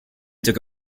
took